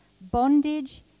Bondage